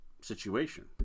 situation